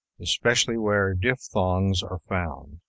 especially where diphthongs are found.